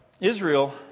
Israel